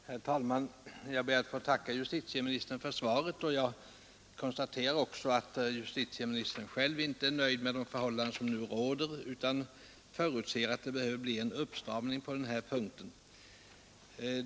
Herr talman! Jag ber att få tacka justitieministern för svaret. Jag konstaterar också att justitieministern själv inte är nöjd med de förhållanden som nu råder utan anser att det behöver bli en uppstramning på denna punkt.